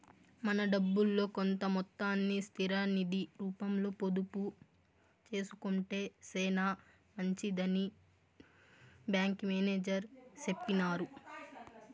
మన డబ్బుల్లో కొంత మొత్తాన్ని స్థిర నిది రూపంలో పొదుపు సేసుకొంటే సేనా మంచిదని బ్యాంకి మేనేజర్ సెప్పినారు